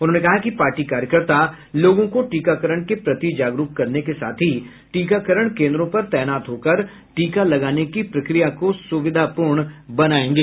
उन्होंने कहा कि पार्टी कार्यकर्ता लोगों को टीकाकरण के प्रति जागरूक करने के साथ ही टीकाकरण केन्द्रों पर तैनात होकर टीका लगाने की प्रक्रिया को सुविधापूर्ण बनायेंगे